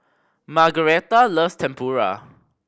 Margaretta loves Tempura